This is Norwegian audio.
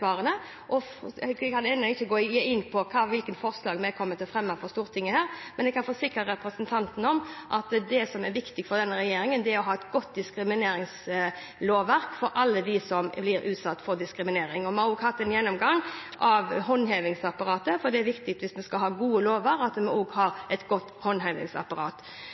Jeg kan ennå ikke gå inn på hvilke forslag vi kommer til å fremme for Stortinget, men jeg kan forsikre representanten om at det som er viktig for denne regjeringen, er å ha et godt diskrimineringslovverk for alle dem som blir utsatt for diskriminering. Vi har også hatt en gjennomgang av håndhevingsapparatet, for det er viktig hvis en skal ha gode lover, at en også har et godt håndhevingsapparat.